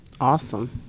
Awesome